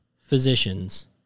physicians